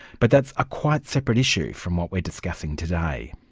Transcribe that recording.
but that's a quite separate issue from what we're discussing today.